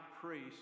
priest